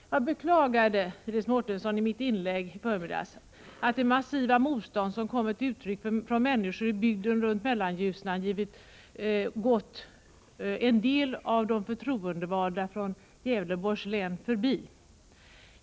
I mitt inlägg tidigare i dag beklagade jag, Iris Mårtensson, att det massiva motstånd som kommit till uttryck från människor i bygden runt Mellanljusnan gått en del av de förtroendevalda från Gävleborgs län förbi.